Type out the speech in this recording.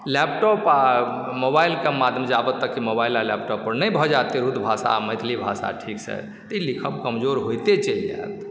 laptop आ मोबाइलके माध्यम जावत तक मोबाइल आ लैपटॉपपर नहि भऽ जायत तिरहुत भाषा आ मैथिली भाषा ठीकसँ तऽ ई लिखब कमजोर होइते चलि जायत